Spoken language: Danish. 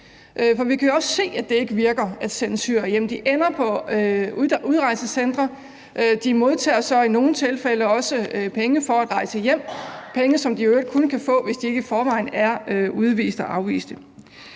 ikke virker at sende syrere hjem – de ender på udrejsecentre. De modtager så i nogle tilfælde penge for at rejse hjem – penge, som de i øvrigt kun kan få, hvis de ikke i forvejen er udvist og afvist.